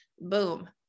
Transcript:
Boom